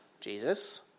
Jesus